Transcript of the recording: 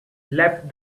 left